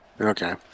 Okay